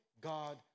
God